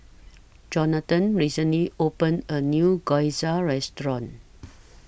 Johnathan recently opened A New Gyoza Restaurant